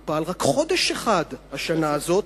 הוא פעל רק חודש אחד השנה הזאת,